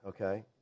okay